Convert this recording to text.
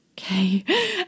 okay